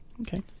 Okay